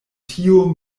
tio